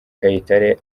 kayitare